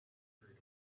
heard